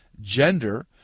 gender